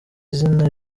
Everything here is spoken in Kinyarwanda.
zina